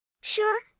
Sure